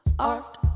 art